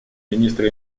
министра